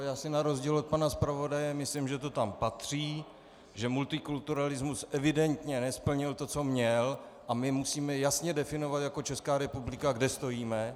Já si na rozdíl od pana zpravodaje myslím, že to tam patří, že multikulturalismus evidentně nesplnil to, co měl, a my musíme jasně definovat jako Česká republika, kde stojíme.